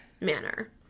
manner